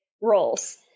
roles